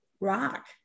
Rock